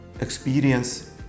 experience